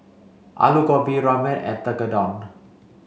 Alu Gobi Ramen and Tekkadon